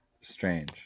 strange